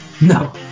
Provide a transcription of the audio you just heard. No